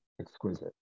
exquisite